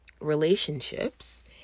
relationships